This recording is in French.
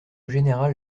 général